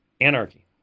anarchy